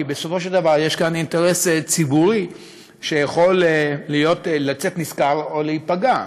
כי בסופו של דבר יש כאן אינטרס ציבורי שיכול לצאת נשכר או להיפגע.